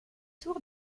tour